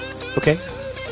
Okay